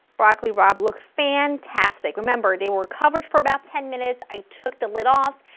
broccoli rabe looks fantastic, remember they were covered for about ten minutes, i took the lid off,